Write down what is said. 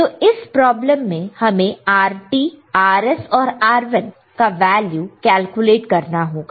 तो इस प्रॉब्लम में हमें RtRs और R1 का वैल्यू कैलकुलेट करना होगा